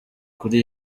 kuri